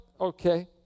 okay